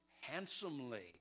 handsomely